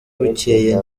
bucyeye